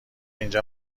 اینجا